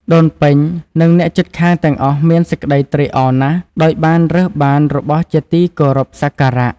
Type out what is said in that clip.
ដូនពេញ និងអ្នកជិតខាងទាំងអស់មានសេចក្តីត្រេកអរណាស់ ដោយបានរើសបានរបស់ជាទីគោរពសក្ការៈ។